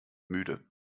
müde